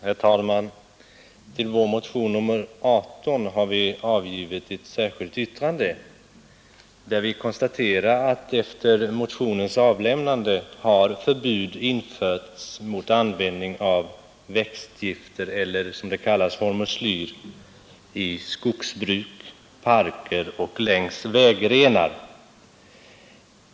Herr talman! Till vår motion, nr 18, har vi avgivit ett särskilt yttrande i vilket vi konstaterar, att efter motionens avlämnande har förbud införts mot användning av växtgifter — hormoslyr som de kallas — i skogsbruk, parker och längs vägrenar.